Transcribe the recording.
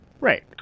Right